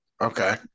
Okay